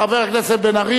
חבר הכנסת בן-ארי